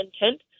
intent